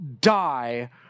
die